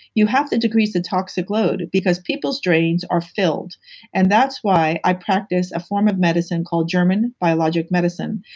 you have to decrease the toxic load because people's drains are filled and that's why i practice a form of medicine called german biologic medicine.